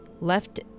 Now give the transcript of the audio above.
left